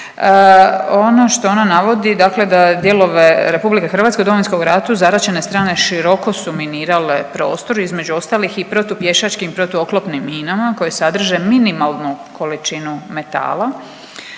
Ono što ona navodi, dakle da dijelove RH u Domovinskom ratu zaraćene strane široko su minirale prostor, između ostalog i protupješačkim i protuoklopnim minama koje sadrže minimalnu količinu metala,